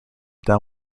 down